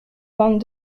vingt